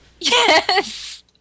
yes